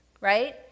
right